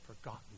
forgotten